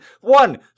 one